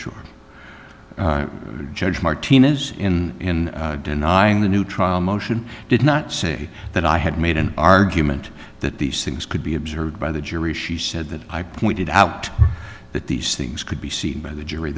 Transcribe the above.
sure the judge martina's in denying the new trial motion did not say that i had made an argument that these things could be observed by the jury she said that i pointed out that these things could be seen by the jury